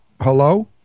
Hello